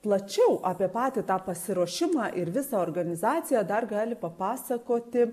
plačiau apie patį tą pasiruošimą ir visą organizaciją dar gali papasakoti